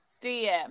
DM